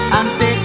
ante